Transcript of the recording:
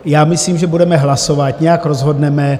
Já myslím, že budeme hlasovat, nějak rozhodneme.